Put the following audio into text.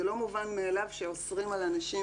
זה לא מובן מאליו שאוסרים על אנשים